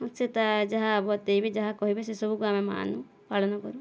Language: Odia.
ମୁଁ ସେ ତା ଯାହା ବତାଇବେ ଯାହା କହିବେ ସେସବୁକୁ ଆମେ ମାନୁ ପାଳନ କରୁ